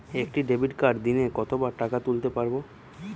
একটি ডেবিটকার্ড দিনে কতবার টাকা তুলতে পারব?